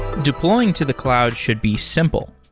deploying to the cloud should be simple.